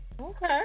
Okay